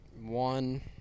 one